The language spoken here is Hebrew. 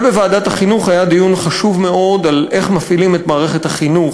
ובוועדת החינוך היה דיון חשוב מאוד על איך מפעילים את מערכת החינוך,